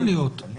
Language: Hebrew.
יכול להיות.